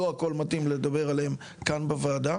לא הכל מתאים בשביל לדבר עליהם כאן בוועדה.